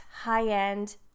high-end